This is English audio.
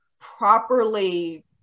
properly